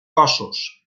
cossos